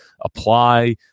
apply